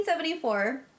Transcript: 1974